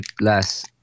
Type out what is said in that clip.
less